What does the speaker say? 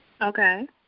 Okay